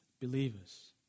believers